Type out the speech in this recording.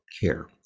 care